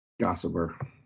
Gossiper